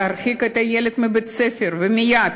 להרחיק את הילד מבית-הספר, ומייד.